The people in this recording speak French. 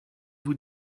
vous